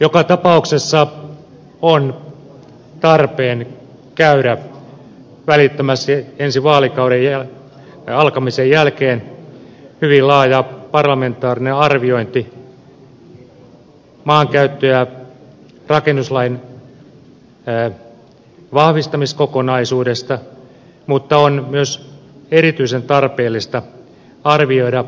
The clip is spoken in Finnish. joka tapauksessa on tarpeen käydä välittömästi ensi vaalikauden alkamisen jälkeen hyvin laaja parlamentaarinen arviointi maankäyttö ja rakennuslain vahvistamiskokonaisuudesta mutta on myös erityisen tarpeellista arvioida